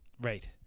Right